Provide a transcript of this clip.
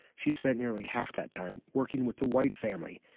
she's spent nearly half that time working with the white family.